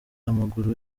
amaguru